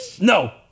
no